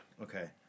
Okay